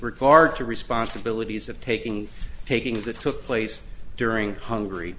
regard to responsibilities of taking taking that took place during hungary